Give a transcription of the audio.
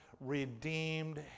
redeemed